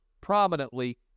prominently